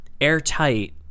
airtight